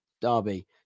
Derby